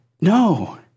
No